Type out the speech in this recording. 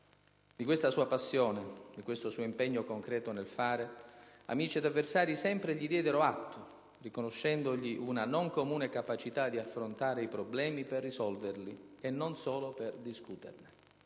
Di questa sua passione, di questo suo impegno concreto nel fare, amici ed avversari sempre gli diedero atto, riconoscendogli una non comune capacità di affrontare i problemi per risolverli, e non solo per discuterne.